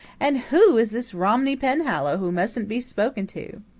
and who is this romney penhallow who mustn't be spoken to?